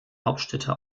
hauptstädte